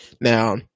Now